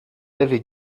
avez